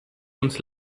uns